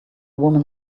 woman